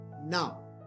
Now